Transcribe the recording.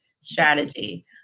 strategy